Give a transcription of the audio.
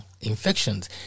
infections